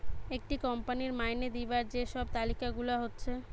একটা কোম্পানির মাইনে দিবার যে সব তালিকা গুলা হচ্ছে